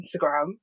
Instagram